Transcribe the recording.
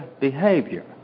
behavior